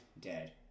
dead